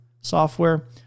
software